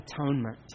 atonement